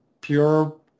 pure